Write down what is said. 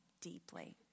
deeply